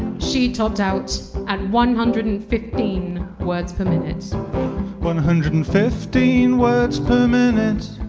she topped out at one hundred and fifteen words per minute one hundred and fifteen words per minute